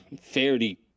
fairly